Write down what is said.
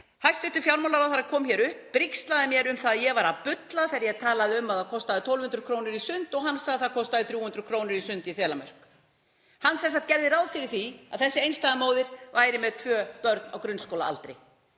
Hæstv. fjármálaráðherra kom hér upp og brigslaði mér um það að ég væri að bulla þegar ég talaði um að það kostaði 1.200 kr. í sund og hann sagði að það kostaði 300 kr. í sund í Þelamörk. Hann gerði sem sagt ráð fyrir því að þessi einstæða móðir væri með tvö börn á grunnskólaaldri.